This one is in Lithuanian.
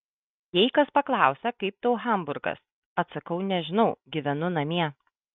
jei kas paklausia kaip tau hamburgas atsakau nežinau gyvenu namie